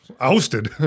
Ousted